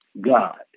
God